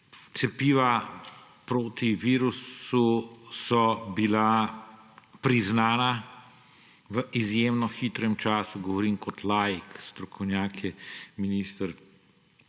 cepiva proti virusu so bila priznana v izjemno hitrem času – govorim kot laik, strokovnjak je minister